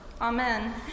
Amen